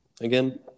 again